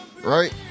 right